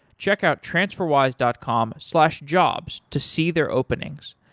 check out transferwise dot com slash jobs to see their openings.